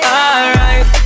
alright